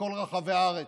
בכל רחבי הארץ,